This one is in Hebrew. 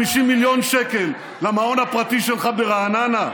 50 מיליון שקל למעון הפרטי שלך ברעננה.